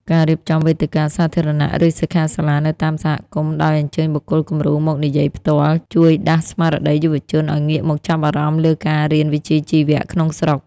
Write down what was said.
ការរៀបចំវេទិកាសាធារណៈ ឬសិក្ខាសាលានៅតាមសហគមន៍ដោយអញ្ជើញបុគ្គលគំរូមកនិយាយផ្ទាល់ ជួយដាស់ស្មារតីយុវជនឱ្យងាកមកចាប់អារម្មណ៍លើការរៀនវិជ្ជាជីវៈក្នុងស្រុក។